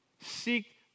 Seek